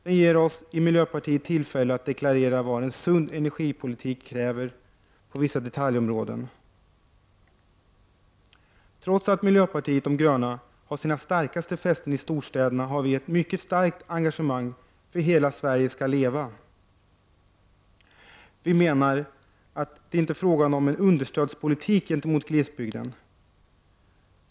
Den ger oss i miljöpartiet tillfälle att deklarera vad en sund energipolitik kräver på vissa detaljområden. Trots att miljöpartiet de gröna har sina starkaste fästen i storstäderna har vi ett mycket starkt engagemang för att ”Hela Sverige skall leva”. Vi menar att detta inte är fråga om en understödspolitik gentemot glesbygden.